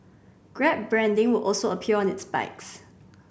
grab branding will also appear on its bikes